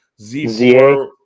Z4